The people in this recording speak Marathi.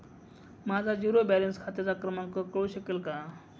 माझ्या झिरो बॅलन्स खात्याचा क्रमांक कळू शकेल का?